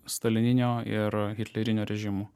stalininio ir hitlerinio režimų